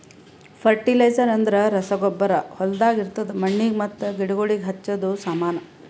fertilisers ಅಂದ್ರ ರಸಗೊಬ್ಬರ ಹೊಲ್ದಾಗ ಇರದ್ ಮಣ್ಣಿಗ್ ಮತ್ತ ಗಿಡಗೋಳಿಗ್ ಹಚ್ಚದ ಸಾಮಾನು